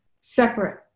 separate